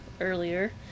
earlier